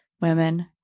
women